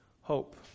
hope